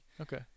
Okay